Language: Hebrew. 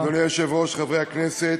אדוני היושב-ראש, חברי הכנסת,